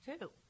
two